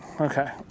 Okay